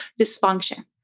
dysfunction